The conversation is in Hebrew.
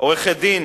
עורכת-דין